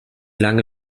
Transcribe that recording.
lange